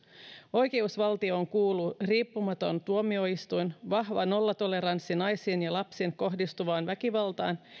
oikeusvaltioon kuuluu riippumaton tuomioistuin vahva nollatoleranssi naisiin ja lapsiin kohdistuvaan väkivaltaan